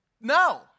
No